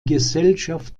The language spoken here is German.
gesellschaft